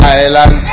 island